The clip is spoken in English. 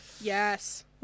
Yes